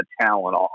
talent